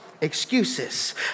Excuses